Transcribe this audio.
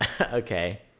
Okay